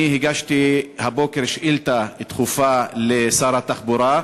אני הגשתי הבוקר שאילתה דחופה לשר התחבורה,